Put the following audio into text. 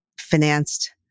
financed